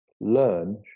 learn